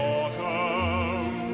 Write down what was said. autumn